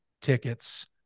tickets